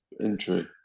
injury